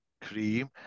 Cream